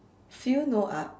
fill no up